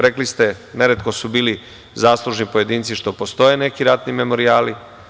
Rekli ste, neretko su bili zaslužni pojedinci što postoje neki ratni memorijali.